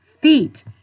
feet